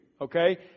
Okay